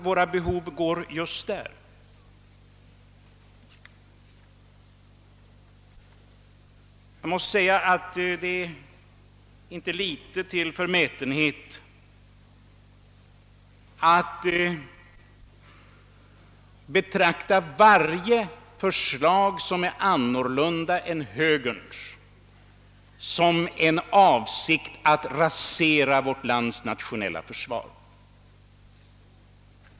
Hur vet herr Bohman det? Jag måste säga att man är inte lite förmäten när man betraktar varje förslag som är annorlunda än högerns som uttryck för en avsikt att rasera vårt lands nationella försvar.